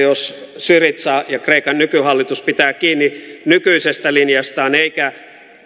jos syriza ja kreikan nykyhallitus pitää kiinni nykyisestä linjastaan eikä